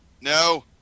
No